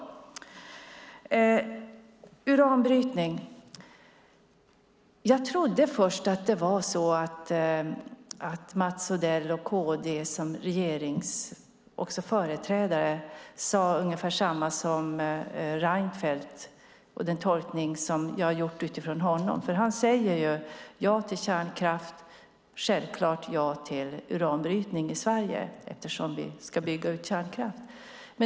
När det gäller uranbrytning trodde jag först att det var så att Mats Odell och KD som regeringsföreträdare sade ungefär samma sak som Reinfeldt och den tolkning jag har gjort utifrån honom. Han säger nämligen ja till kärnkraft och självklart ja till uranbrytning i Sverige, eftersom vi ska bygga ut kärnkraft.